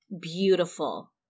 beautiful